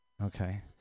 Okay